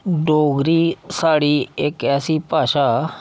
डोगरी साढ़ी इक ऐसी भाशा